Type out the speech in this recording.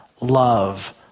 love